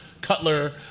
Cutler